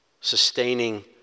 sustaining